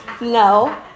No